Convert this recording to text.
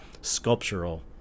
sculptural